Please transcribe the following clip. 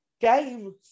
game